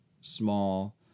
small